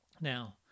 Now